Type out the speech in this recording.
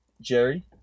Jerry